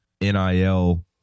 NIL